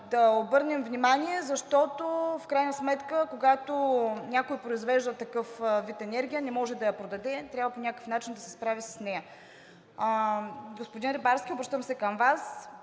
да обърнем внимание, защото, когато някой произвежда такъв вид енергия, не може да я продаде, трябва по някакъв начин да се справи с нея. Господин Рибарски, обръщам се към Вас.